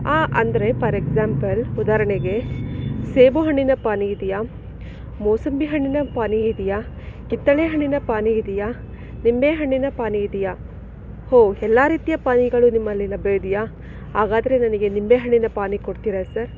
ಆ ಅಂದರೆ for example ಉದಾಹರ್ಣೆಗೆ ಸೇಬು ಹಣ್ಣಿನ ಪಾನಿ ಇದೆಯಾ ಮೋಸಂಬಿ ಹಣ್ಣಿನ ಪಾನಿ ಇದೆಯಾ ಕಿತ್ತಳೆ ಹಣ್ಣಿನ ಪಾನಿ ಇದೆಯಾ ಲಿಂಬೆ ಹಣ್ಣಿನ ಪಾನಿ ಇದೆಯಾ ಹೊ ಎಲ್ಲ ರೀತಿಯ ಪಾನಿಗಳು ನಿಮ್ಮಲ್ಲಿ ಲಭ್ಯವಿದೆಯಾ ಹಾಗಾದರೆ ನನಗೆ ಲಿಂಬೆ ಹಣ್ಣಿನ ಪಾನಿ ಕೊಡ್ತೀರಾ ಸರ್